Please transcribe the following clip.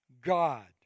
God